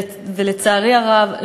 ולצערי הרב,